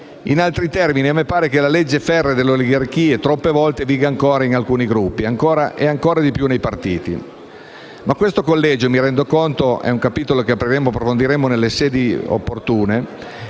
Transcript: In altri termini, a me pare che la legge ferrea delle oligarchie, troppe volte, viga ancora in alcuni Gruppi e ancor di più nei partiti. Ma questo, colleghi, mi rendo conto, è un capitolo che apriremo e approfondiremo nelle sedi opportune